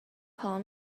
call